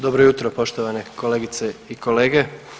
Dobro jutro poštovane kolegice i kolege.